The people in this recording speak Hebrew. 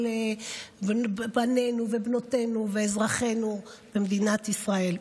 בנינו ובנותינו ואזרחינו במדינת ישראל.